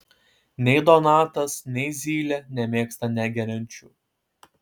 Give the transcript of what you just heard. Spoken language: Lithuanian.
nei donatas nei zylė nemėgsta negeriančių